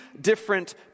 different